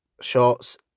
shots